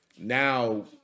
now